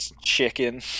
chicken